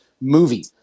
movie